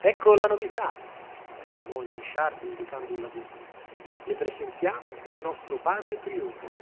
ecco la novità esclamò il mesciardi indicando il lagúmina le presentiamo il nostro padre priore